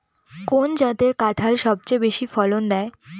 কোন জাতের কাঁঠাল সবচেয়ে বেশি ফলন দেয়?